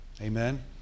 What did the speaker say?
Amen